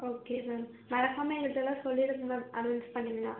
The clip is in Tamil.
ஓகே மேம் மறக்காமல் எங்கள்ட்டலாம் சொல்லிடுங்கள் மேம் அனோன்ஸ் பண்ணிங்கனால்